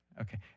okay